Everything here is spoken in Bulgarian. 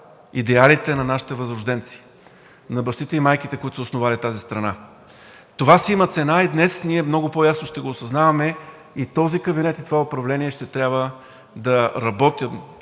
идеалите на нашите възрожденци, на бащите и майките, които са основали тази страна. Това си има цена и днес ние много по-ясно ще го осъзнаваме – и този кабинет, и това управление ще трябва да работят